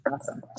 Awesome